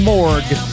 Morgue